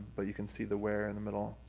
but you can see the wear in the middle,